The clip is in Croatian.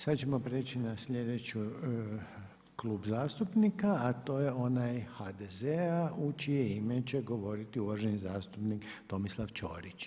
Sada ćemo prijeći na sljedeći klub zastupnika, a to je onaj HDZ-a u čije će ime govoriti uvaženi zastupnik Tomislav Ćorić.